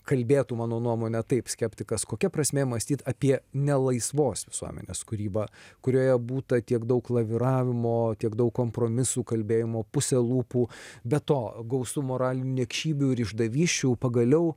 kalbėtų mano nuomone taip skeptikas kokia prasmė mąstyt apie ne laisvos visuomenės kūrybą kurioje būta tiek daug laviravimo tiek daug kompromisų kalbėjimo puse lūpų be to gausu moralinių niekšybių ir išdavysčių pagaliau